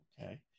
Okay